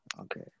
Okay